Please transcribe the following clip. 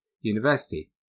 University